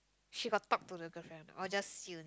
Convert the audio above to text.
she got talk to the girlfriend or just you